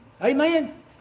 Amen